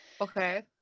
Okay